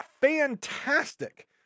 fantastic